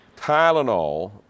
tylenol